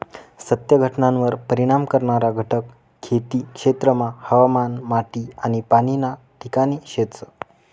सत्य घटनावर परिणाम करणारा घटक खेती क्षेत्रमा हवामान, माटी आनी पाणी ना ठिकाणे शेतस